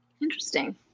Interesting